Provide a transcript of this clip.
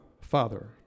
Father